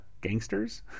gangsters